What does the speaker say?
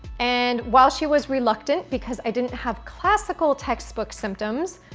and while she was reluctant because i didn't have classical textbook symptoms,